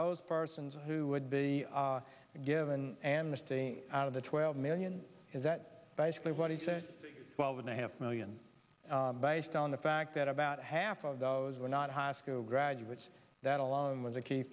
those persons who would be given amnesty out of the twelve million is that basically what he said well with a half million based on the fact that about half of those were not high school graduates that alone was a key